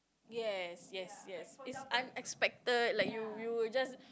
yes yes yes it's unexpected like you you'll just